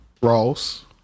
Ross